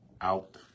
out